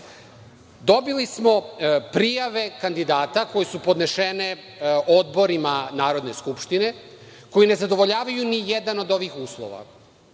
dobili smo prijave kandidata koje su podnešene odborima Narodne skupštine, koji nezadovoljavaju ni jedan od ovih uslova.